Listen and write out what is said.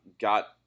got